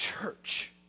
church